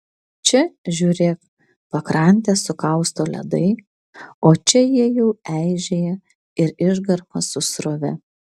čia žiūrėk pakrantę sukausto ledai o čia jie jau eižėja ir išgarma su srove